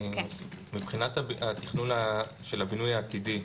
מבחינת התכנון של הבינוי העתידי,